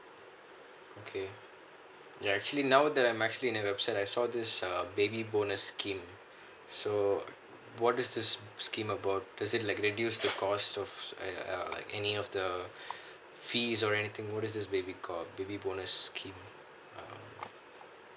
okay ya actually now that I'm actually on website I saw this baby bonus scheme so what is this scheme about does it like reduce the cost of uh any of the fees or anything what this is baby call baby bonus scheme mm